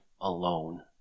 alone